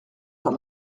pas